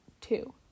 Two